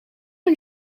and